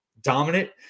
dominant